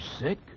sick